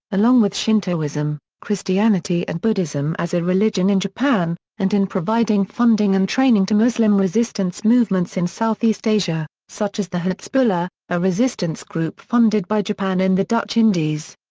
along with shintoism, christianity and buddhism as a religion in japan, and in providing funding and training to muslim resistance movements in southeast asia, such as the hizbullah, a resistance group funded by japan in the dutch indies.